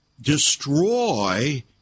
destroy